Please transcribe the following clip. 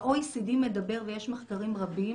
ה-OECD מדבר ויש מחקרים רבים